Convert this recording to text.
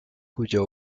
cuya